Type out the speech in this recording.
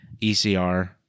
ECR